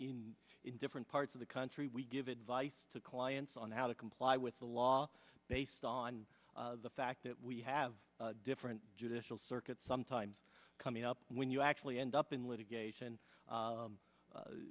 in different parts of the country we give advice to clients on how to comply with the law based on the fact that we have different judicial circuit sometimes coming up when you actually end up in litigation